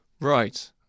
Right